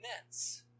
immense